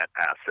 asset